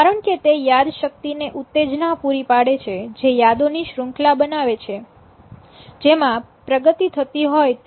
કારણકે તે યાદશક્તિને ઉત્તેજના પુરી પાડે છે જે યાદો ની શૃંખલા બનાવે છે જેમકે પ્રગતિ થતી હોય તેમ